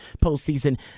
postseason